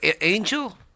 Angel